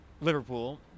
Liverpool